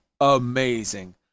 Amazing